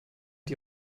die